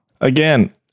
Again